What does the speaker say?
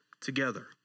together